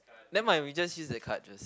nevermind we just use that card just